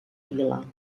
vila